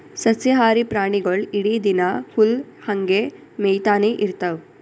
ಸಸ್ಯಾಹಾರಿ ಪ್ರಾಣಿಗೊಳ್ ಇಡೀ ದಿನಾ ಹುಲ್ಲ್ ಹಂಗೆ ಮೇಯ್ತಾನೆ ಇರ್ತವ್